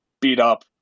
beat-up